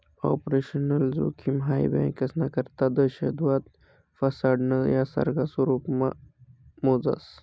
operational जोखिम हाई बँकास्ना करता दहशतवाद, फसाडणं, यासारखा स्वरुपमा मोजास